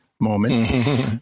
moment